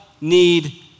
need